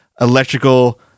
electrical